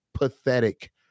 pathetic